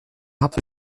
habt